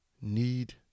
need